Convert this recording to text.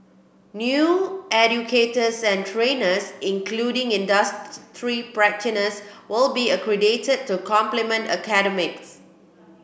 new educators and trainers including industry practitioners will be accredited to complement academics